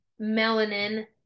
melanin